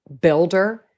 builder